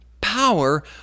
power